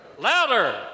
Louder